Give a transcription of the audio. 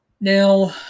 Now